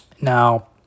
now